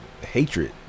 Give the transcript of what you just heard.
hatred